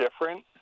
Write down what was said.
different